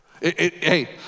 Hey